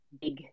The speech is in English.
big